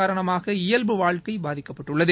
காரணமாக இயல்பு வாழ்க்கை பாதிக்கப்பட்டுள்ளது